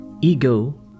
ego